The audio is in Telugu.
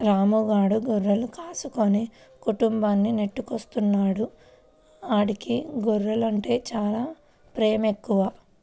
రాము గాడు గొర్రెలు కాసుకుని కుటుంబాన్ని నెట్టుకొత్తన్నాడు, ఆడికి గొర్రెలంటే చానా పేమెక్కువ